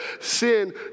sin